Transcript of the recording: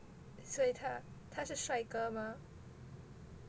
所以他他是帅哥吗